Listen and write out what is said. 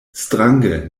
strange